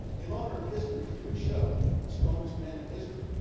in honor of history's new show, the strongest man in history,